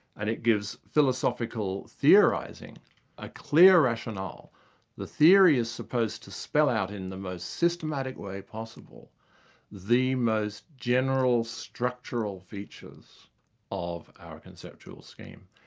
and it gives philosophical theorising a clear rationale the theory is supposed to spell out in the most systematic way possible the most general structural futures of our conceptual scheme.